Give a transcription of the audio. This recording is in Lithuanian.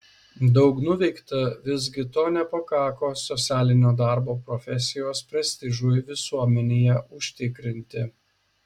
daug nuveikta visgi to nepakako socialinio darbo profesijos prestižui visuomenėje užtikrinti